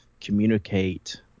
communicate